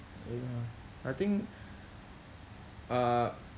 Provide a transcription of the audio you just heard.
oh I think uh